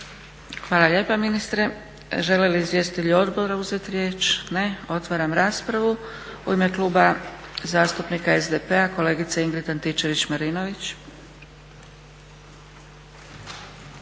Hvala lijepa ministre. Žele li izvjestitelji odbora uzeti riječ? Ne. Otvaram raspravu. U ime Kluba zastupnika SDP-a kolegica Ingrid Antičević-Marinović.